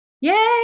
Yay